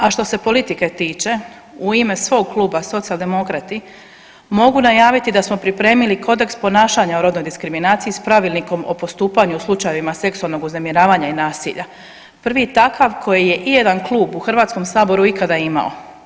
A što se politike tiče u ime svog kluba Socijaldemokrati mogu najaviti da smo pripremili kodeks ponašanja o rodnoj diskriminaciji s pravilnikom o postupanju u slučajevima seksualnog uznemiravanja i nasilja, prvi takav koji je ijedan klub u HS-u ikada imao.